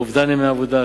אובדן ימי עבודה,